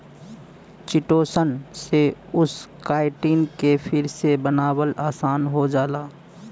chitosan से उस chitin के फिर से बनावल आसान हो जाला